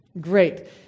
Great